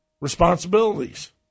responsibilities